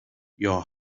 your